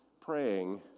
praying